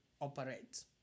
operates